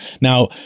now